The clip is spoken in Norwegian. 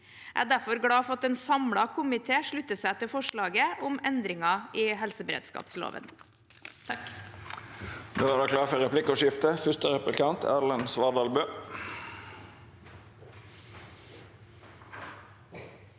Jeg er derfor glad for at en samlet komité slutter seg til forslaget om endringer i helseberedskapsloven.